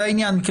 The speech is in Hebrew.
זה העניין.